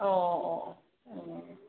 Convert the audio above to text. ꯑꯣ ꯑꯣ ꯑꯣ ꯎꯝ